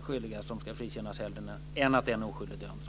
skyldiga som ska frikännas hellre än att en oskyldig döms.